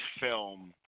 film